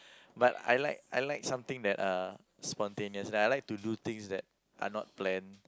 but I like I like something that uh spontaneous like I like to do things that are not planned